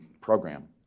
program